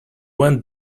went